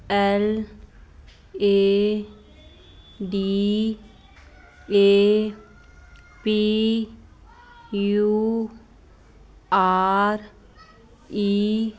L A D A P U R E